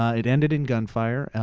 ah it ended in gunfire,